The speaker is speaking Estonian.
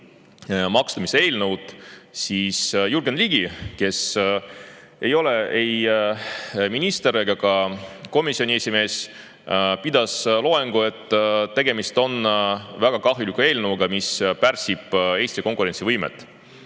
maksustamise eelnõu, Jürgen Ligi, kes ei ole ei minister ega ka komisjoni esimees, pidas loengu, et tegemist on väga kahjuliku eelnõuga, mis pärsib Eesti konkurentsivõimet.